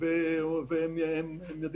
ונובעות בדיוק מהפריסה הזאת בשטח,